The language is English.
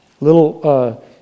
Little